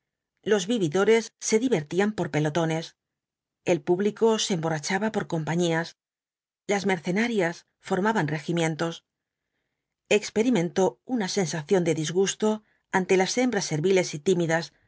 los vividores se divertían por pelotones el público se emborrachaba por compañías las mercenarias formaban regimientos experimentó una sensación de disgusto ante las hembras serviles y tímidas